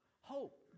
hope